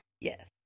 Yes